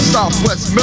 Southwest